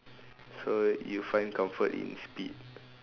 so you find comfort in speed